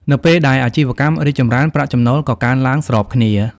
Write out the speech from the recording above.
នៅពេលដែលអាជីវកម្មរីកចម្រើន ប្រាក់ចំណូលក៏កើនឡើងស្របគ្នា។